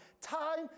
time